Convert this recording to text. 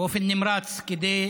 באופן נמרץ כדי